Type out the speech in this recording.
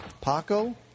Paco